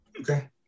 Okay